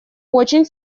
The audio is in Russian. очень